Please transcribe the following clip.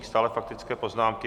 Stále faktické poznámky.